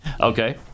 Okay